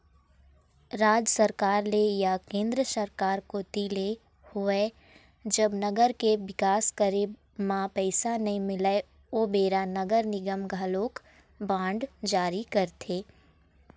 राज सरकार ले या केंद्र सरकार कोती ले होवय जब नगर के बिकास करे म पइसा नइ मिलय ओ बेरा नगर निगम घलोक बांड जारी करथे